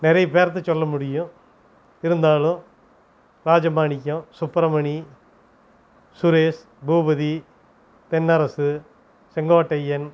நிறைய பேர்த்த சொல்ல முடியும் இருந்தாலும் ராஜமாணிக்கம் சுப்புரமணி சுரேஷ் பூபதி தென்னரசு செங்கோட்டையன்